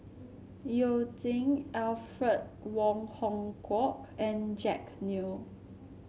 You Jin Alfred Wong Hong Kwok and Jack Neo